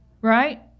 Right